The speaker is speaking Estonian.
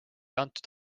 antud